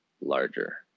larger